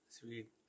sweet